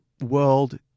world